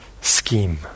scheme